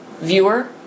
viewer